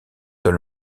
dans